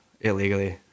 illegally